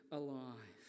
alive